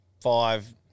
Five